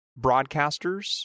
broadcasters